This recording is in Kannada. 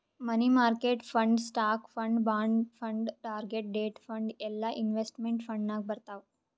money market fund, stock fund, bond fund, target date fund ಎಲ್ಲಾ ಇನ್ವೆಸ್ಟ್ಮೆಂಟ್ ಫಂಡ್ ನಾಗ್ ಬರ್ತಾವ್